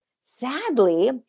Sadly